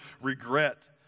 regret